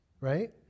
right